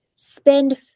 spend